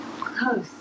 close